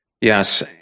Yes